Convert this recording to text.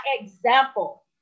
example